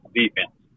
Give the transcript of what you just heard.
defense